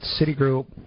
Citigroup